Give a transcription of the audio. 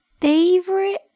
favorite